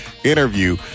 Interview